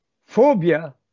Phobia